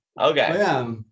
Okay